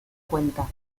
cuenta